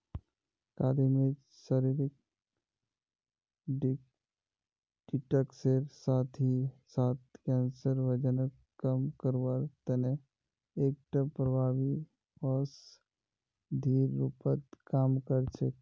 काली मिर्च शरीरक डिटॉक्सेर साथ ही साथ कैंसर, वजनक कम करवार तने एकटा प्रभावी औषधिर रूपत काम कर छेक